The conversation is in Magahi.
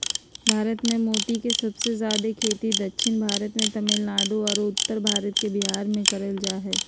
भारत मे मोती के सबसे जादे खेती दक्षिण भारत मे तमिलनाडु आरो उत्तर भारत के बिहार मे करल जा हय